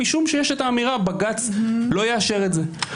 משום שיש אמירה: בג"ץ לא יאשר את זה.